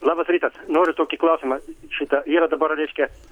labas rytas noriu tokį klausimą šita yra dabar reiškia